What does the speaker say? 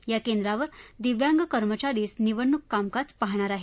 या केंद्रावर दिव्यांग कर्मचारीच निवडणूक कामकाजही पाहणार आहेत